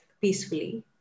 peacefully